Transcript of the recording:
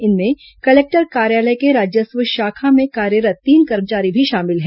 इनमें कलेक्टर कार्यालय के राजस्व शाखा में कार्यरत् तीन कर्मचारी भी शामिल हैं